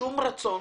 שום רצון